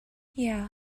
yeah